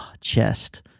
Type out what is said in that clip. chest